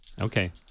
okay